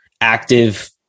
active